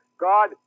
God